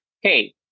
hey